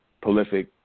prolific